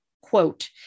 quote